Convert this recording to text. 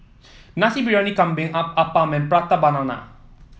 Nasi Briyani Kambing Appam and Prata Banana